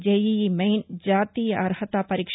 JEE Main జాతీయ అర్హత పరీక్ష